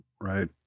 right